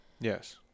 Yes